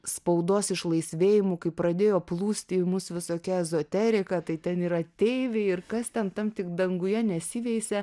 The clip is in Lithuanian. spaudos išlaisvėjimu kai pradėjo plūsti į mus visokia ezoterika tai ten ir ateiviai ir kas ten tam tik danguje nesiveisia